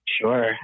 Sure